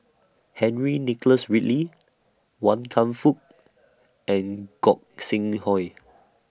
Henry Nicholas Ridley Wan Kam Fook and Gog Sing Hooi